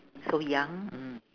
so young mm